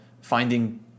finding